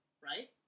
right